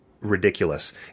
ridiculous